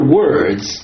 words